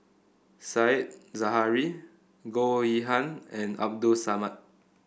Said Zahari Goh Yihan and Abdul Samad